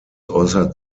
äußert